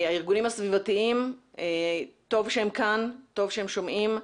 הארגונים הסביבתיים, טוב שהם כאן, טוב שהם שומעים.